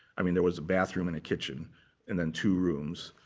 i mean, there was a bathroom and a kitchen and then two rooms.